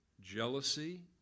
jealousy